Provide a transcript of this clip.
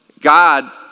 God